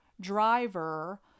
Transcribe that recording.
driver